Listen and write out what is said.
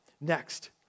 next